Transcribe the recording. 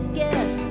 guess